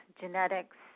genetics